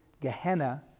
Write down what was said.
Gehenna